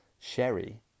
Sherry